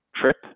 trip